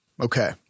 Okay